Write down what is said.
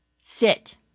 Sit